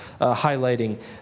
highlighting